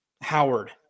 howard